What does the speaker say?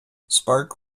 spark